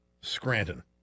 Scranton